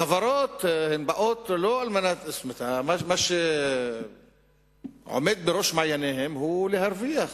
חברות, מה שעומד בראש מעייניהן הוא להרוויח.